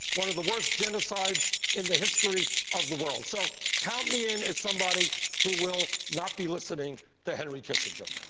one of the worst genocides in the history of the world. so count me in as somebody who will not be listening to henry kissinger.